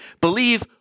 Believe